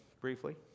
briefly